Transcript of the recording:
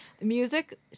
music